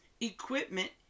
equipment